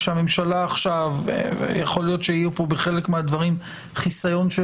כשהממשלה עכשיו יכול להיות שיהיו בחלק מהדברים חיסיון,